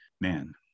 man